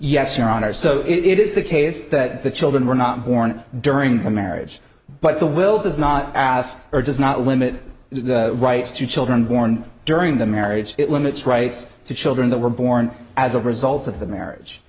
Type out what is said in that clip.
yes your honor so it is the case that the children were not born during the marriage but the will does not ask or does not limit the rights to children born during the marriage it limits rights to children that were born as a result of the marriage